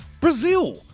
Brazil